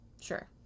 Sure